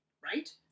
right